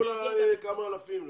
זה כולה כמה אלפים.